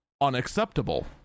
unacceptable